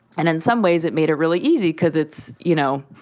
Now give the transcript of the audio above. and in some ways, it made it really easy because it's, you know,